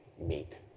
meet